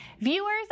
Viewers